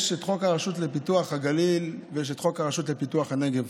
יש את חוק הרשות לפיתוח הגליל ויש את חוק הרשות לפיתוח הנגב.